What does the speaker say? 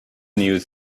news